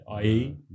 IE